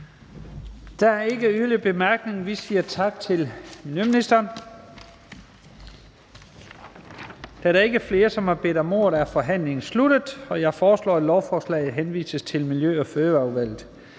Der er ingen korte bemærkninger. Vi siger tak til erhvervsministeren. Da der ikke er flere, som har bedt om ordet, er forhandlingen sluttet. Jeg foreslår, at lovforslaget henvises til Erhvervsudvalget.